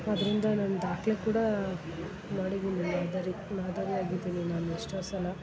ಅದರಿಂದ ನಾನು ದಾಖ್ಲೆ ಕೂಡ ಮಾಡಿದ್ದೀನಿ ಮಾದರಿ ಮಾದರಿಯಾಗಿದ್ದೀನಿ ನಾನು ಎಷ್ಟೋ ಸಲ